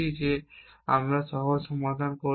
যে আমরা একটি সহজ সমস্যা সমাধান করব